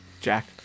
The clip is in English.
Jack